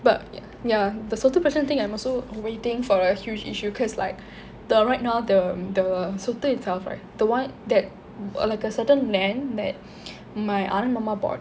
but ya the சொத்து பிரச்சனை:sotthu prachanai thing I'm also waiting for a huge issue cause like the right now the the itself right the one that like a certain man that my Arun மாமா:arun maama bought